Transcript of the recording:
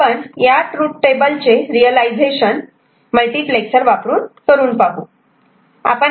आता आपण या ट्रूथ टेबल चे रियलायझेशन मल्टिप्लेक्सर वापरून पाहू